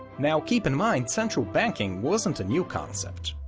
now, keep in mind, central banking wasn't a new concept.